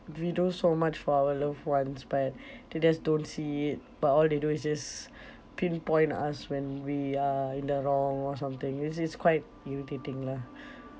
we do so much for our loved ones but they just don't see it but all they do is just pinpoint us when we are in the wrong or something which is quite irritating lah